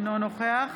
אינו נוכח